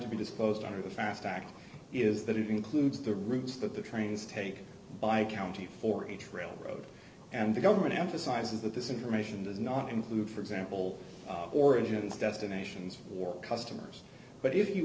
to be disclosed under the fast act is that it includes the routes that the trains take by county for each railroad and the government emphasizes that this information does not include for example origins destinations or customers but if you